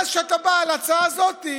ואז כשאתה בא על ההצעה הזאת,